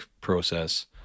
process